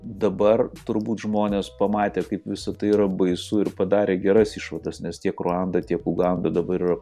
dabar turbūt žmonės pamatė kaip visa tai yra baisu ir padarė geras išvadas nes tiek ruanda tiek uganda dabar yra